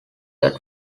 that